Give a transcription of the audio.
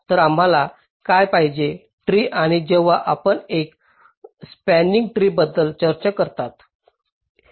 तर आम्हाला काय पाहिजे ट्री आणि जेव्हा आपण एका स्पंनिंग ट्री बद्दल चर्चा करता